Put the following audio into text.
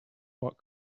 what